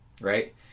right